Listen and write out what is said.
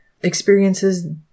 experiences